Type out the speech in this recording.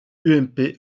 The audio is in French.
ump